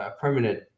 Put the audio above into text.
permanent